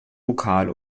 vokal